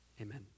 Amen